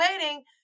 waiting